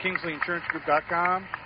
kingsleyinsurancegroup.com